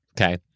okay